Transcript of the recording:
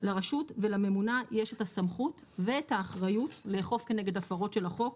לרשות ולממונה יש את הסמכות ואת האחריות לאכוף כנגד הפרות של החוק,